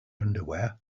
underwear